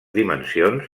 dimensions